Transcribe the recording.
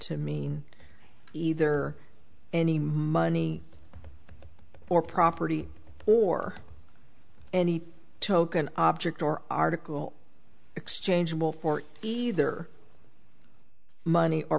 to mean either any money or property or any token object or article exchangeable for either money or